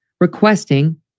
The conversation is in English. requesting